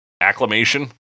acclamation